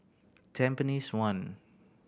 Tampines One